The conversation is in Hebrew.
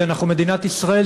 כי אנחנו מדינת ישראל,